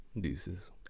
Deuces